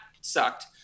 sucked